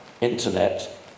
Internet